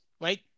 right